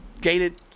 gated